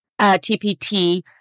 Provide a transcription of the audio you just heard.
TPT